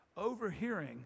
Overhearing